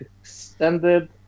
extended